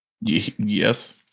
Yes